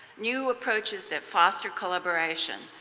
new approaches that foster collaboration,